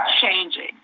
changing